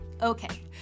Okay